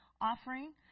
offering